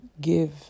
give